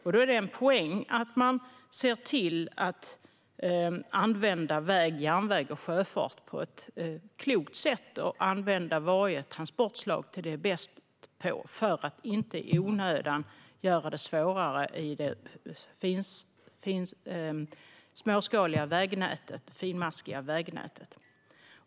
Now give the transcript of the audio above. Det finns en poäng i att se till att man använder väg, järnväg och sjöfart på ett klokt sätt och att använda varje transportslag till vad det är bäst på för att inte i onödan göra det svårare i det småskaliga och finmaskiga vägnätet.